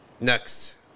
Next